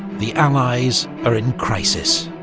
the allies are in crisis.